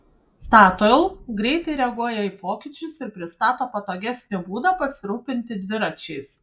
statoil greitai reaguoja į pokyčius ir pristato patogesnį būdą pasirūpinti dviračiais